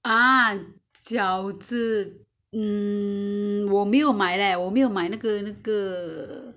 ha 饺子 mm 我没有买 leh 我没有买那个那个